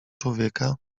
człowieka